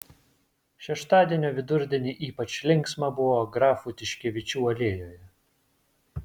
šeštadienio vidurdienį ypač linksma buvo grafų tiškevičių alėjoje